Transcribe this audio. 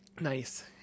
Nice